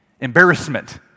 embarrassment